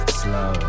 slow